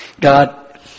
God